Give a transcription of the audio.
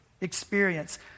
experience